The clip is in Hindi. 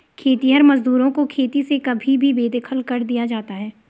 खेतिहर मजदूरों को खेती से कभी भी बेदखल कर दिया जाता है